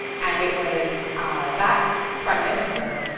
and it was that prime minister,